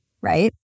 right